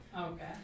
Okay